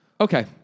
Okay